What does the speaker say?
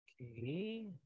Okay